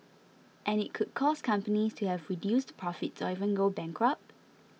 and it could cause companies to have reduced profits or even go bankrupt